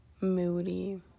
moody